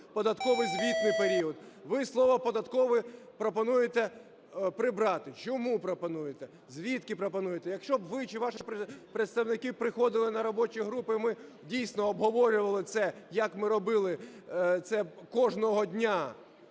"податковий звітний період". Ви слово "податковий" пропонуєте прибрати, чому пропонуєте? Звідки пропонуєте? Якщо б ви чи ваші представники приходили на робочі групи і ми, дійсно, обговорювали це, як ми робили це кожного дня,